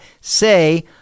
say